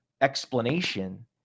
explanation